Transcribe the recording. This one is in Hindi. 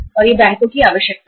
और यह बैंकों की भी आवश्यकता है